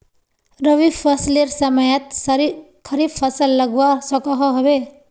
रवि फसलेर समयेत खरीफ फसल उगवार सकोहो होबे?